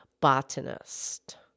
botanist